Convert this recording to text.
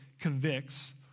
convicts